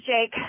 Jake